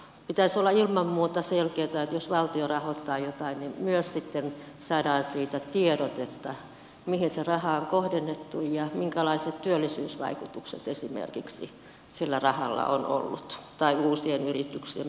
pitäisi olla ilman muuta selkeätä että jos valtio rahoittaa jotain niin myös sitten saadaan siitä tiedotetta mihin se raha on kohdennettu ja minkälaiset työllisyysvaikutukset esimerkiksi sillä rahalla on ollut tai uusien yrityksien perustamiseen liittyen